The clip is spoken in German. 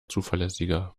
zuverlässiger